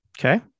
Okay